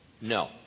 No